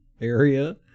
area